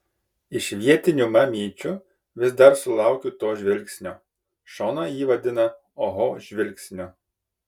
iš vietinių mamyčių vis dar sulaukiu to žvilgsnio šona jį vadina oho žvilgsniu